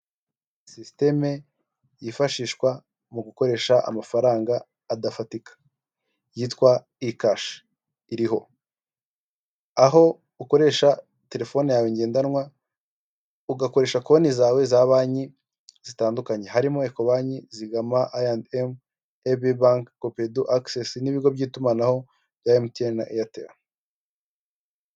Sisitemu yifashishwa mu gukoresha amafaranga adafatika yitwa ikashi iriho, aho ukoresha telefone yawe ngendanwa ugakoresha konti zawe za banki zitandukanye harimo: ecobanki, zigama, Ayiendemu banke, copedu, agisesi n'ibigo by'itumanaho bya emutiyene na eyateli.